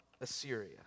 Assyria